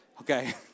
okay